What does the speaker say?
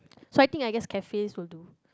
so I think I guess cafes will do